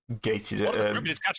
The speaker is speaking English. gated